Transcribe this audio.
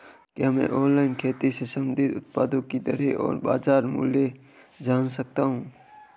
क्या मैं ऑनलाइन खेती से संबंधित उत्पादों की दरें और बाज़ार मूल्य जान सकता हूँ?